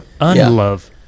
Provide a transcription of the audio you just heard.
Unlove